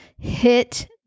hit